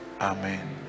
Amen